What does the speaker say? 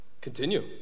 Continue